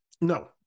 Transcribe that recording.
no